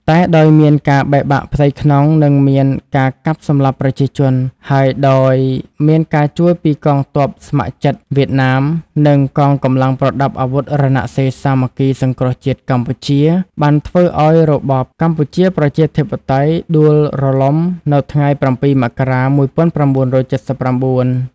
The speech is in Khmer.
តែដោយមានការបែកបាក់ផ្ទៃក្នុងនិងមានការកាប់សម្លាប់ប្រជាជន ហើយដោយមានការជួយពីកងទព័ស្ម័គ្រចិត្ត វៀតណាម និងកងកម្លាំងប្រដាប់អាវុធរណសិរ្យសាមគ្គីសង្គ្រោះជាតិកម្ពុជាបានធ្វើឱ្យរបបកម្ពុជា ប្រជាធិបតេយ្យដួលរលំនៅថ្ងៃ ៧ មករា ១៩៧៩ ។